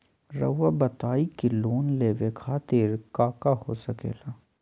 रउआ बताई की लोन लेवे खातिर काका हो सके ला?